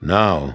now